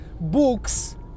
books